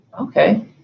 okay